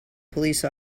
police